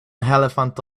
elephant